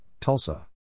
Tulsa